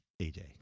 AJ